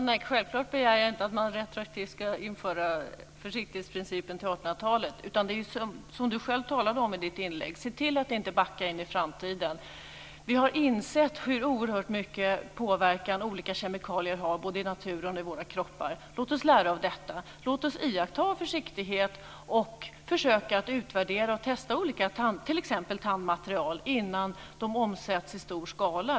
Fru talman! Jag begär självfallet inte att man retroaktivt ska införa försiktighetsprincipen från 1800 talet. Det handlar om det som Leif Carlson själv talade om i sitt inlägg, nämligen att vi ska se till att inte backa in i framtiden. Vi har insett hur oerhört stor påverkan olika kemikalier har både i naturen och i våra kroppar. Låt oss lära av detta! Låt oss iaktta försiktighet och försöka att utvärdera och testa t.ex. olika tandmaterial innan de omsätts i stor skala.